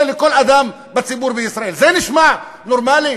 לכל אדם בציבור בישראל: זה נשמע נורמלי?